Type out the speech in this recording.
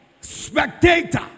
spectator